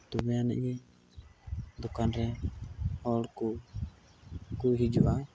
ᱛᱚᱵᱮ ᱟᱹᱱᱤᱡ ᱜᱮ ᱫᱳᱠᱟᱱ ᱨᱮ ᱦᱚᱲ ᱠᱚᱠᱚ ᱦᱤᱡᱩᱜᱼᱟ